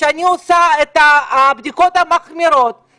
כשאני עושה את הבדיקות המחמירות,